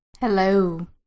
Hello